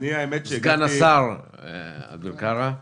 סגן השר אביר קארה.